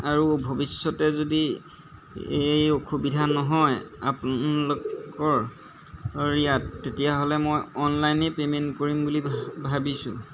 আৰু ভৱিষ্যতে যদি এই অসুবিধা নহয় আপোনালোকৰ ইয়াত তেতিয়াহ'লে মই অনলাইনেই পে'মেণ্ট কৰিম বুলি ভা ভাবিছোঁ